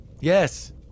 Yes